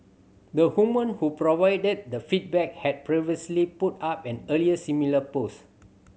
the woman who provided the feedback had previously put up an earlier similar post